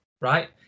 right